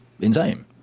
insane